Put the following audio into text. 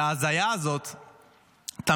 וההזיה הזאת תמשיך,